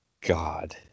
God